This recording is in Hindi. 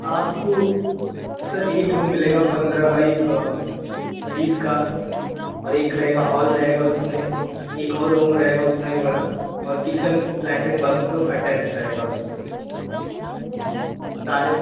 आपको सर एक रूम मिलेगा पंद्रह बाई बीस का और एक रहेगा हाॅल रहेगा उसमें एक और रूम रहेगा उतना ही बड़ा और किचन लैट्रिंग बाथरूम सब अटैच्ड रहेगा उसमें जी सारे